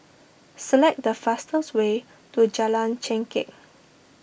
select the fastest way to Jalan Chengkek